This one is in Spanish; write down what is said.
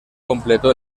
completó